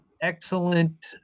excellent